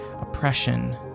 oppression